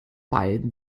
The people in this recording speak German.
beiden